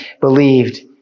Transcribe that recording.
believed